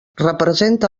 representa